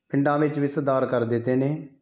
ਪਿੰਡਾਂ ਵਿੱਚ ਵੀ ਸੁਧਾਰ ਕਰ ਦਿੱਤੇ ਨੇ